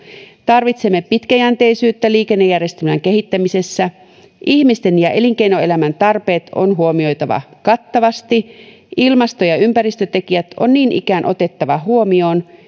tarvitsemme pitkäjänteisyyttä liikennejärjestelmän kehittämisessä ihmisten ja elinkeinoelämän tarpeet on huomioitava kattavasti ilmasto ja ympäristötekijät on niin ikään otettava huomioon